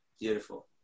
Beautiful